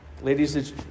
Ladies